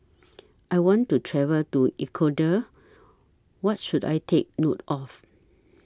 I want to travel to Ecuador What should I Take note of